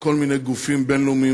כל מיני גופים בין-לאומיים,